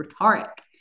rhetoric